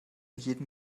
jedem